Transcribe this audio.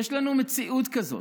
יש לנו מציאות כזאת,